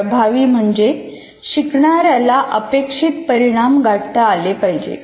प्रभावी म्हणजे शिकणाऱ्याला अपेक्षित परिणाम गाठता आले पाहिजेत